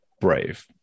brave